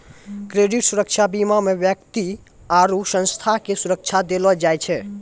credit सुरक्षा बीमा मे व्यक्ति आरु संस्था के सुरक्षा देलो जाय छै